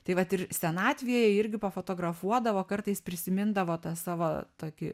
tai vat ir senatvėje irgi pafotografuodavo kartais prisimindavo tą savo tokį